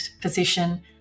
position